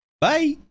Bye